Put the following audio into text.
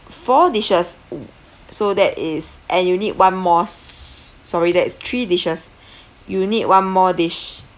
four dishes so that is and you need one more s~ sorry that is three dishes you need one more dish